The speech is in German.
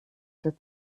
der